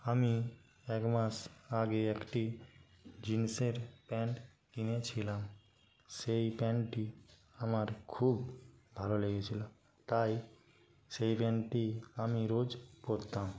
আমি একমাস আগে একটি জিন্সের প্যান্ট কিনেছিলাম সেই প্যান্টটি আমার খুব ভালো লেগেছিলো তাই সেই প্যান্টটি আমি রোজ পরতাম